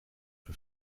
een